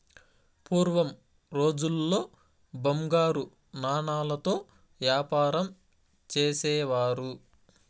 పూర్వం రోజుల్లో బంగారు నాణాలతో యాపారం చేసేవారు